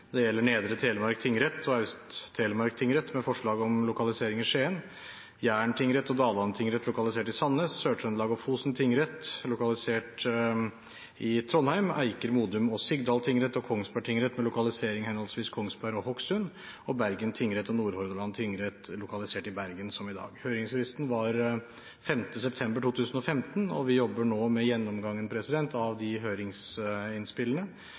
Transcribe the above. Det gjelder Nedre Telemark tingrett og Aust-Telemark tingrett med forslag om lokalisering i Skien Jæren tingrett og Dalane tingrett lokalisert i Sandnes Sør-Trøndelag og Fosen tingrett lokalisert i Trondheim Eiker, Modum og Sigdal tingrett og Kongsberg tingrett med lokalisering i henholdsvis Kongsberg og Hokksund Bergen tingrett og Nordhordland tingrett lokalisert i Bergen, som i dag Høringsfristen var den 5. september 2015, og vi jobber nå med gjennomgangen av de høringsinnspillene.